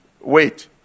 wait